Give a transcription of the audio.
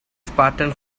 spartan